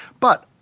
but,